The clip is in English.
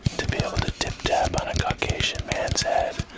to be able to tip-tap on a caucasian man's head.